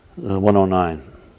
109